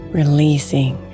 releasing